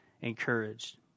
encouraged